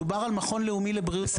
דובר על מכון לאומי לבריאות עובדים.